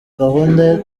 gahunda